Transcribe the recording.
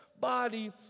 body